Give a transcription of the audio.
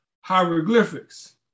hieroglyphics